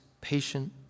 patient